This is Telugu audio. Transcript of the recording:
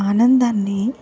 ఆనందాన్ని